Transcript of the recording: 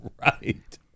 Right